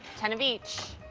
ten of each.